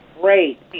great